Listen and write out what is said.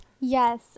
Yes